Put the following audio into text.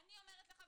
אני אומרת לך,